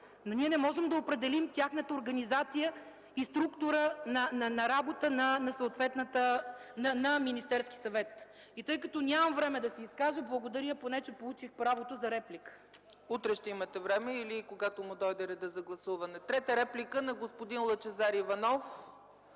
но не можем да определим тяхната организация и структура на работа на Министерския съвет. И тъй като нямам време да се изкажа, благодаря поне, че получих правото за реплика. ПРЕДСЕДАТЕЛ ЦЕЦКА ЦАЧЕВА: Утре ще имате време или когато му дойде редът за гласуване. Трета реплика – господин Лъчезар Иванов.